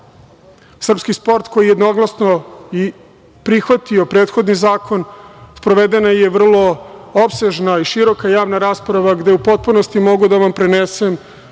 Srpski sport koji je jednoglasno prihvatio prethodni zakon. Sprovedena je vrlo opsežna i široka javna rasprava gde u potpunosti mogu da vam prenesem